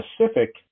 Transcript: specific